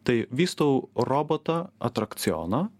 tai vystau robotą atrakcioną